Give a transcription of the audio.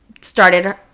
started